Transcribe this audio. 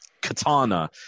katana